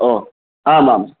ओ आमाम्